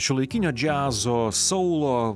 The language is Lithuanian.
šiuolaikinio džiazo soulo